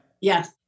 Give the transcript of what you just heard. Yes